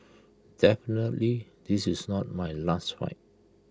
definitely this is not my last fight